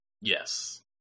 Yes